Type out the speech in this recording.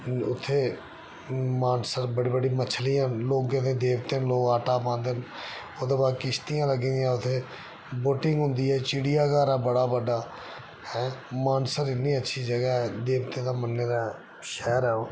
उत्थै मानसर बड़ी बड्डी मछलियां न लोगें दे देवते न लोग आटा पांदे न ओह्दे बाद किश्तियां लग्गी दियां उत्थै बोटिंग होंदी ऐ चिड़िया घर ऐ बड़ा बड्डा ऐ मानसर इन्नी इच्छी जगह ऐ देवतें दा मन्ने दा शैहर ऐ ओह्